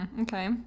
Okay